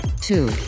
two